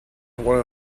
one